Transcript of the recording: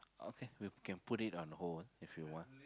okay we can put it on hold if you want